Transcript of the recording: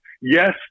Yes